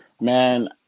Man